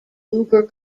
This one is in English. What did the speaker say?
uber